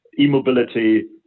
E-mobility